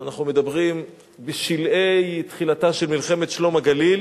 אנחנו מדברים בשלהי תחילתה של מלחמת "שלום הגליל",